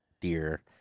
deer